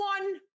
one